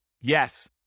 Yes